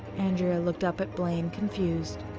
andrea looked up at blaine confused.